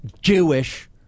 Jewish